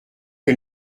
que